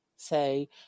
Say